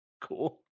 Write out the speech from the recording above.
Cool